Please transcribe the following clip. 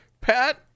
Pat